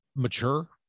mature